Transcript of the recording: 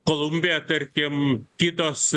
kolumbija tarkim kitos